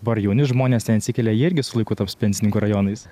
dabar jauni žmonės ten atsikelia jie irgi su laiku taps pensininkų rajonais